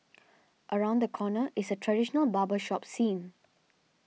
around the corner is a traditional barber shop scene